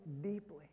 deeply